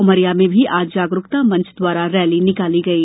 उमरिया में भी आज जागरूकता मंच द्वारा रैली निकाली गयी